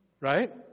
Right